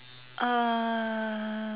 um